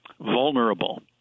vulnerable